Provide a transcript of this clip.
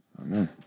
Amen